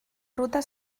ruta